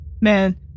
Man